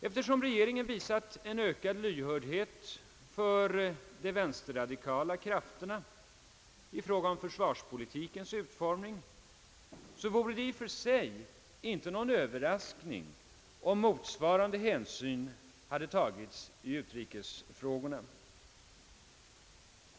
Eftersom regeringen har visat en ökad lyhördhet för de vänsterradikala krafterna i fråga om försvarspolitikens utformning, vore det i och för sig inte någon överraskning om motsvarande hänsyn hade tagits i utrikesfrågorna.